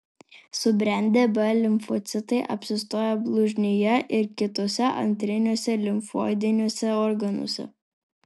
subrendę b limfocitai apsistoja blužnyje ir kituose antriniuose limfoidiniuose organuose